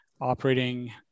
operating